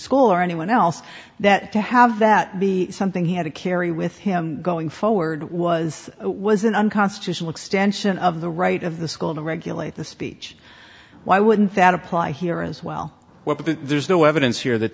school or anyone else that to have that be something he had to carry with him going forward was was an unconstitutional extension of the right of the school to regulate the speech why wouldn't that apply here as well but there's no evidence here that